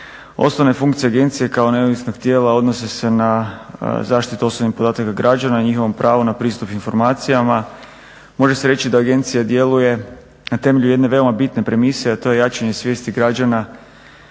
Osnovne funkcije agencije kao neovisnog tijela odnosi se na zaštitu osobnih podataka građana i njihovom pravu na pristup informacijama. Može se reći da agencija djeluje na temelju jedne veoma bitne premise, a to je jačanje svijesti građana